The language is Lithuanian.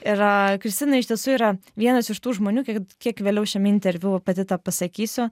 ir kristina iš tiesų yra vienas iš tų žmonių kiek kiek vėliau šiame interviu pati tą pasakysiu